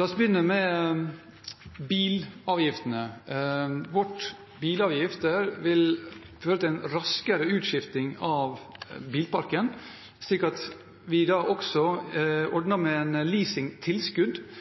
La oss begynne med bilavgiftene. Våre bilavgifter vil føre til en raskere utskifting av bilparken. Vi ordner også med et leasingtilskudd til dem som bor i distriktene, slik at